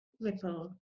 ripple